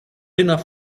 enough